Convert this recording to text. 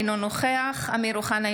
אינו נוכח אמיר אוחנה,